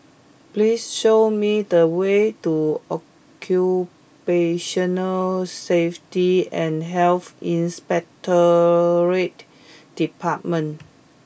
please show me the way to Occupational Safety and Health Inspectorate Department